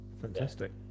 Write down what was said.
Fantastic